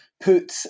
put